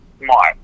smart